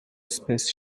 space